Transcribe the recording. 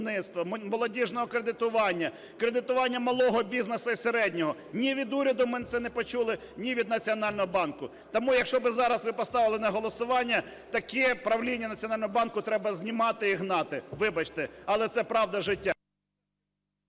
молодіжного кредитування, кредитування малого бізнесу і середнього. Ні від уряду ми це не почули, ні від Національного банку. Тому, якщо би зараз ви поставили на голосування, таке правління Національного банку треба знімати і гнати. Вибачте, але це правда життя.